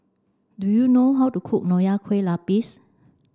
do you know how to cook Nonya Kueh Lapis